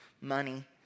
money